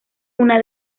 una